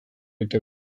daiteke